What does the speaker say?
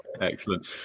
Excellent